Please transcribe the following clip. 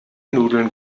nudeln